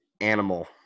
animal